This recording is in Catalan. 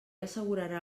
assegurarà